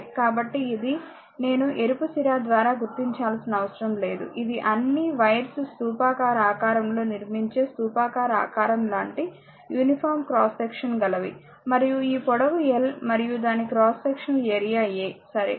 కాబట్టి ఇది r నేను ఎరుపు సిరా ద్వారా గుర్తించాల్సిన అవసరం లేదు ఇది అన్ని వైర్స్ స్థూపాకార ఆకారం లో కనిపించే స్థూపాకార ఆకారం లాంటి యూనిఫార్మ్ క్రాస్ సెక్షన్ గలవి మరియు ఈ పొడవు l మరియు దాని క్రాస్ సెక్షనల్ ఏరియా A సరే